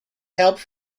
helped